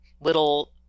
little